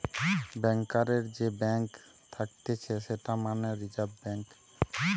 ব্যাংকারের যে ব্যাঙ্ক থাকতিছে সেটা মানে রিজার্ভ ব্যাঙ্ক